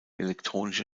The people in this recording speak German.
elektronische